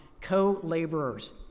co-laborers